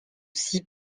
six